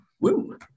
Woo